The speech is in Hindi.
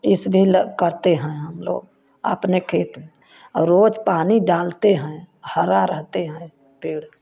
इस बिल करते हैं लोग आपने खेत और रोज़ पानी डालते हैं हरा रहते हैं पेड़